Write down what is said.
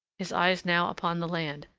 his eyes now upon the land,